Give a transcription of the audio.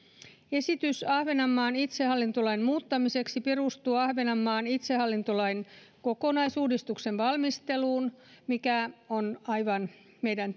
esitys ahvenanmaan itsehallintolain muuttamiseksi perustuu ahvenanmaan itsehallintolain kokonaisuudistuksen valmisteluun mikä on aivan hyvin meidän